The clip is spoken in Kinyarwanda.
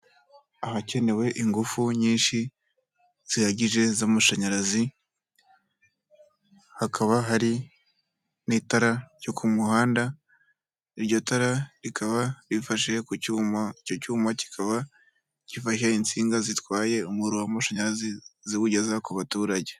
Ahakenewe ingufu nyinshi zihagije z'amashanyarazi, hakaba hari n'itara ryo ku muhanda, iryo tara rikaba rifashe ku cyuma, icyo cyuma kikaba kivaho insinga zitwaye umuriro w'amashanyarazi ziwugeza ku baturage.